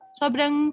sobrang